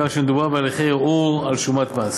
מכיוון שמדובר בהליכי ערעור על שומת מס.